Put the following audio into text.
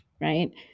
right